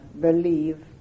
believe